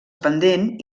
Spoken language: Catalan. pendent